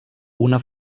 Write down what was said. una